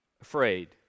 afraid